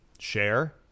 Share